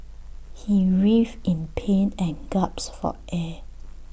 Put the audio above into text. he writhed in pain and gasped for air